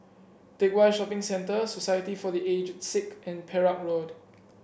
Teck Whye Shopping Centre Society for The Aged Sick and Perak Road